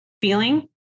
feeling